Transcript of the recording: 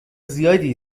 زیادی